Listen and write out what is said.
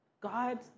God